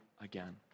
again